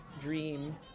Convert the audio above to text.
dream